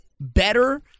better